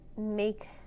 make